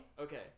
Okay